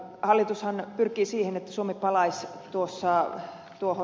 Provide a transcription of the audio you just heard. hallitushan pyrkii siihen että suomi palaisi tulos ja juho